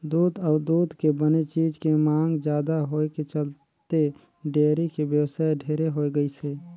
दूद अउ दूद के बने चीज के मांग जादा होए के चलते डेयरी के बेवसाय ढेरे होय गइसे